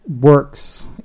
works